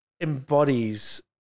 embodies